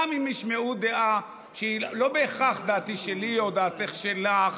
גם אם ישמעו דעה שהיא לא בהכרח דעתי שלי או דעתך שלך,